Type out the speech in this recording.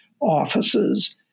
offices